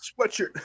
Sweatshirt